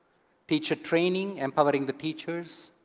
teacher training, empowering the teachers.